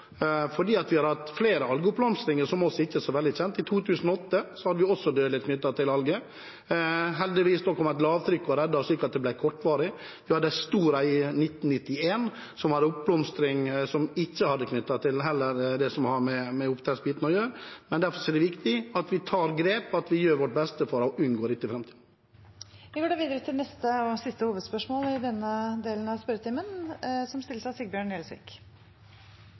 vi har hatt flere algeoppblomstringer som ikke er så veldig kjent. I 2008 hadde vi også dødelighet knyttet til alger. Heldigvis kom det et lavtrykk og reddet oss, slik at det ble kortvarig. Vi hadde en stor algeoppblomstring i 1991, som ikke var knyttet til oppdrettsbiten. Derfor er det viktig at vi tar grep, og at vi gjør vårt beste for å unngå dette i framtiden. Vi går da videre til neste, og siste, hovedspørsmål. Mitt spørsmål går til finansministeren. I